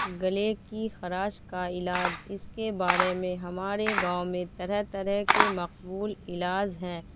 گلے کی خراش کا علاج اس کے بارے میں ہمارے گاؤں میں طرح طرح کے مقبول علاج ہیں